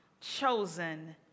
chosen